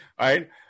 right